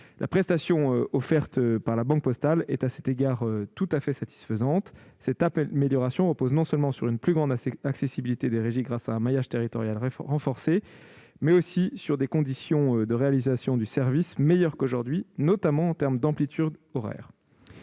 La prestation offerte par la Banque postale est à cet égard tout à fait satisfaisante. Cette amélioration repose non seulement sur une plus grande accessibilité des régies, permise par un maillage territorial renforcé, mais aussi sur des conditions de réalisation du service meilleures qu'aujourd'hui, notamment en termes d'amplitude horaire.